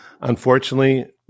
Unfortunately